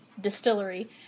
distillery